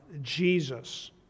Jesus